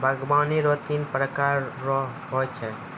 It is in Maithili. बागवानी रो तीन प्रकार रो हो छै